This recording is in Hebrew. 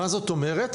מה זאת אומרת,